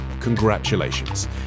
Congratulations